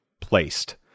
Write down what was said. placed